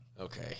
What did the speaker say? Okay